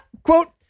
Quote